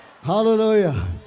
Hallelujah